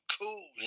cool